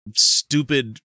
stupid